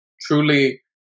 truly